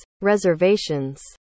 reservations